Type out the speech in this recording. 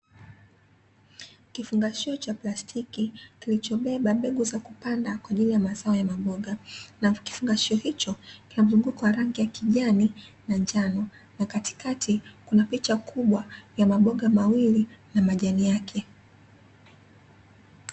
Kifungashio cha plastiki kilichobeba mbegu za kupanda, kwa ajili ya mazao ya maboga. Kifungashio hicho kina mzunguko wa rangi ya kijani na njano, na katikati kuna picha kubwa ya maboga mawili na majani yake.